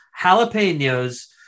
jalapenos